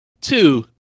Two